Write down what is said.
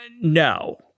No